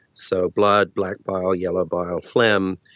so blood, black bile, yellow bile, phlegm.